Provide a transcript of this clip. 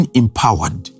empowered